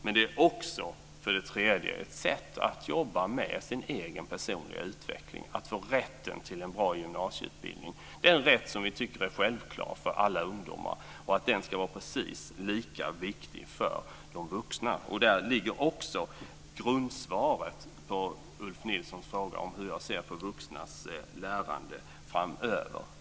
Men det är även ett sätt att jobba med sin egen personliga utveckling, att få rätt till en bra gymnasieutbildning, en rätt som vi tycker är självklar för alla ungdomar. Den ska vara precis lika viktig för de vuxna. Där ligger också grundsvaret på Ulf Nilssons fråga om hur jag ser på vuxnas lärande framöver.